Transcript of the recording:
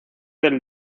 del